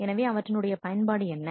எனவே அவற்றினுடைய பயன்பாடு என்ன